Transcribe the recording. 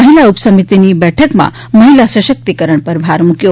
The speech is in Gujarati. મહિલા ઉપ સમિતિની બેઠકમાં મહિલા સશક્તિકરણ પર ભાર મૂક્યો